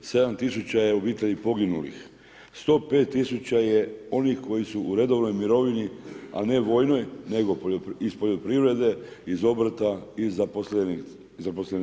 7000 je obitelji poginulih, 105000 je onih koji su u redovnoj mirovini, a ne vojnoj, nego iz poljoprivrede iz obrta i zaposlenici.